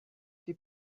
die